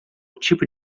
tipo